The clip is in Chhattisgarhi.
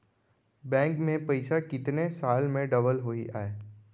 बैंक में पइसा कितने साल में डबल होही आय?